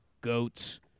goats